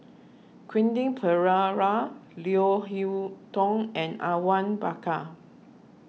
Quentin Pereira Leo Hee Tong and Awang Bakar